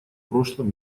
прошлом